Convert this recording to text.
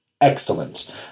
excellent